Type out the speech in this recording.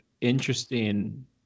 interesting